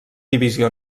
divisió